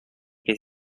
che